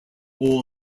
all